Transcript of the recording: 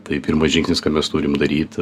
tai pirmas žingsnis ką mes turim daryt